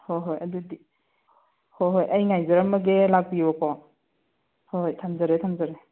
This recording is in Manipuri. ꯍꯣꯏ ꯍꯣꯏ ꯑꯗꯨꯗꯤ ꯍꯣꯏ ꯍꯣꯏ ꯑꯩ ꯉꯥꯏꯖꯔꯝꯃꯒꯦ ꯂꯥꯛꯄꯤꯔꯣꯀꯣ ꯍꯣꯏ ꯍꯣꯏ ꯊꯝꯖꯔꯦ ꯊꯝꯖꯔꯦ